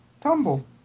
Tumble